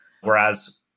Whereas